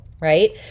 Right